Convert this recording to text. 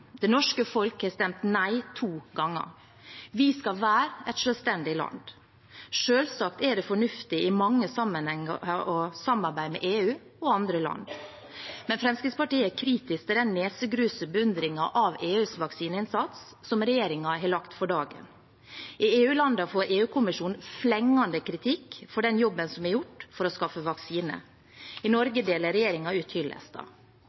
Det norske folk har stemt nei to ganger. Vi skal være et selvstendig land. Selvsagt er det fornuftig i mange sammenhenger å samarbeide med EU og andre land, men Fremskrittspartiet er kritisk til den nesegruse beundringen av EUs vaksineinnsats som regjeringen har lagt for dagen. I EU-landene får EU-kommisjonen flengende kritikk for den jobben som er gjort for å skaffe vaksiner. I